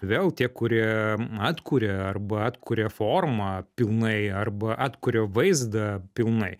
vėl tie kurie atkuria arba atkuria formą pilnai arba atkuria vaizdą pilnai